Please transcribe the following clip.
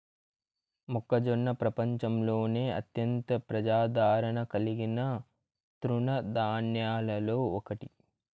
మొక్కజొన్న ప్రపంచంలోనే అత్యంత ప్రజాదారణ కలిగిన తృణ ధాన్యాలలో ఒకటి